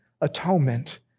atonement